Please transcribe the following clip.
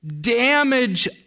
damage